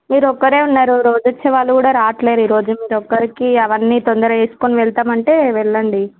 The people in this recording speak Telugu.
మీరు ఒక్కరే ఉన్నారు రోజూ వచ్చేవాళ్ళు కూడా రావట్లేదు ఈరోజు మీరు ఒక్కరికి అవన్నీ తొందరగా వేసుకుని వెళ్తాం అంటే వెళ్ళండి